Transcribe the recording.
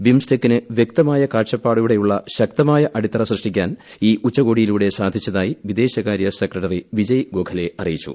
ബിംസ്റ്റെകിന് വ്യക്തമായ കാഴ്ചപ്പാടോടെയുള്ള ശക്തമായ അടിത്തറ സൃഷ്ടിക്കാൻ ഈ ഉച്ചകോടിയിലൂടെ സാധിച്ചതായി വിദേശകാര്യ സെക്രട്ടറി വിജയ് ഗോഖലെ അറിയിച്ചു